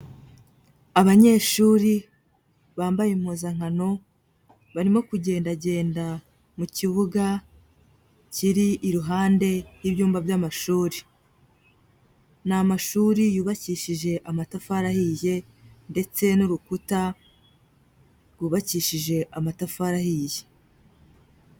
Abanyeshuri bambaye impuzankano barimo kugendagenda mu kibuga kiri iruhande rw'ibyumba by'amashuri, ni amashuri yubakishije amatafari ahiye ndetse n'urukuta rwubakishije amatafari ahiye.